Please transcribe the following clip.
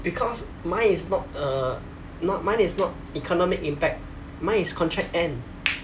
because mine is not uh not mine is not economic impact mine is contract end